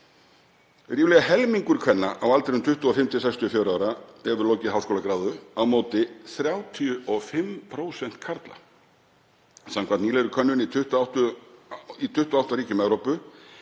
Ríflega helmingur kvenna á aldrinum 25–64 ára hefur lokið háskólagráðu á móti 35% karla. Samkvæmt nýlegri könnun í 28 ríkjum Evrópu